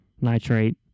nitrate